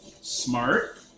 Smart